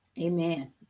Amen